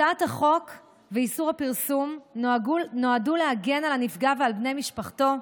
הצעת החוק לאיסור הפרסום נועדו להגן על הנפגע ועל בני משפחתו,